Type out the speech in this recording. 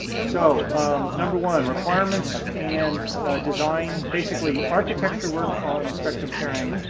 so number one. requirements and design, basically architecture work on the spectrum sharing